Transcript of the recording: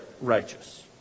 righteous